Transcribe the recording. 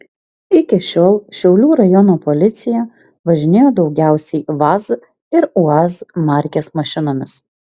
iki šiol šiaulių rajono policija važinėjo daugiausiai vaz ir uaz markės mašinomis